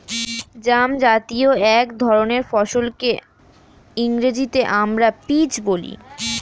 জামজাতীয় এক ধরনের ফলকে ইংরেজিতে আমরা পিচ বলি